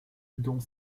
dont